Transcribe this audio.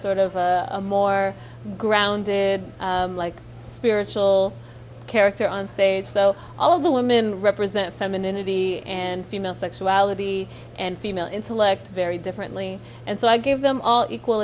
sort of a more grounded like spiritual character on stage so all of the women represent femininity and female sexuality and female intellect very differently and so i give them all equal